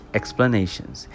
explanations